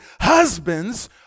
husbands